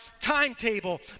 timetable